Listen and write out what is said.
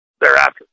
thereafter